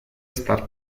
estar